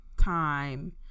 Time